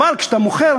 כשאתה מוכר,